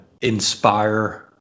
inspire